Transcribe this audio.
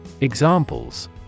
Examples